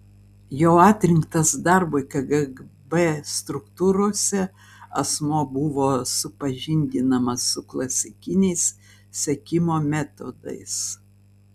jau atrinktas darbui kgb struktūrose asmuo buvo supažindinamas su klasikiniais sekimo metodais